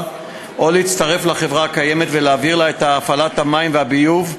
או להצטרף לחברה קיימת ולהעביר לה את הפעלת משק המים והביוב,